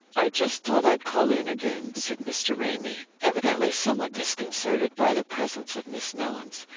i just thought i'd call in again, said mr. ramy, evidently somewhat disconcerted by the presence of miss mellins.